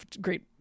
great